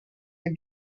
her